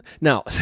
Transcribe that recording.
now